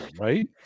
right